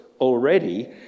already